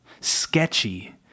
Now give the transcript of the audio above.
Sketchy